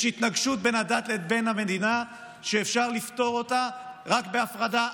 יש התנגשות בין הדת לבין המדינה שאפשר לפתור אותה רק בהפרדה,